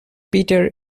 peter